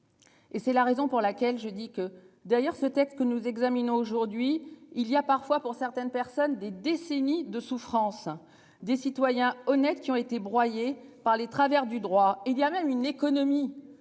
Et c'est la raison pour laquelle je dis que d'ailleurs ce texte que nous examinons aujourd'hui il y a parfois pour certaines personnes, des décennies de souffrance des citoyens honnêtes qui ont été broyées par les travers du droit il y a même une économie